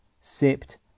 sipped